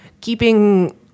keeping